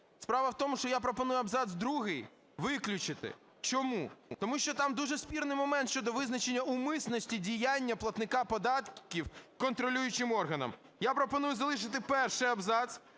Справа в тому, що я пропоную абзац другий виключити. Чому? Тому що там дуже спірний момент щодо визначення умисності діяння платника податків контролюючим органам. Я пропоную залишити перший абзац,